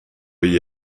igl